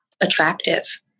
attractive